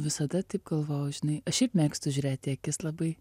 visada taip galvojau žinai aš šiaip mėgstu žiūrėt į akis labai